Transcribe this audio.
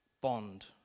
bond